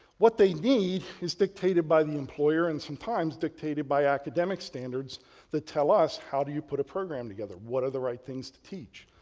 what they need is dictated by the employer and sometimes dictated by academic standards that tell us how do you put a program together? what are the right things to teach?